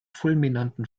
fulminanten